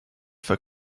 for